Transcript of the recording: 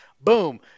boom